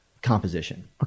composition